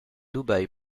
dubai